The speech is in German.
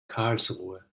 karlsruhe